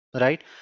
right